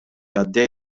għaddej